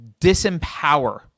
disempower